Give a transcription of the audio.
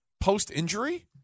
post-injury